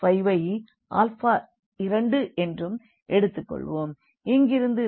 அப்போது இந்த ஈக்வேஷன் 3இல் நாம் x4ஐ எழுதிக்கொள்ளலாம்